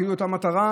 כאילו לאותה מטרה,